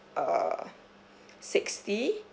uh sixty